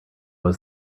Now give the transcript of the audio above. was